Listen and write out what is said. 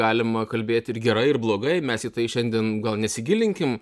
galima kalbėti ir gerai ir blogai mes į tai šiandien gal nesigilinkim